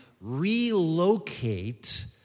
relocate